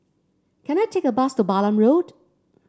can I take a bus to Balam Road